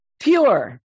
pure